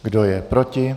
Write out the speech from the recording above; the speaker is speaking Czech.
Kdo je proti?